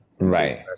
right